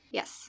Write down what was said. Yes